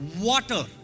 water